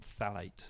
phthalate